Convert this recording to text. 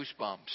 goosebumps